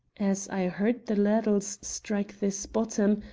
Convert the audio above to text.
as i heard the ladles strike this bottom,